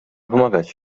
pomagać